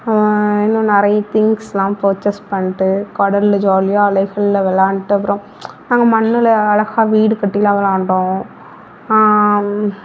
இன்னும் நிறைய திங்க்ஸெல்லாம் பர்ச்சேஸ் பண்ணிட்டு கடலில் ஜாலியாக அலைகளில் விளாண்ட்டு அப்புறம் நாங்கள் மண்ணில் அழகா வீடு கட்டிலெல்லாம் விளாண்டோம்